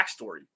backstory